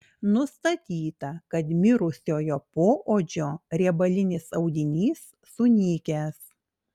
nustatyta kad mirusiojo poodžio riebalinis audinys sunykęs